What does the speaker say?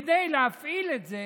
כדי להפעיל את זה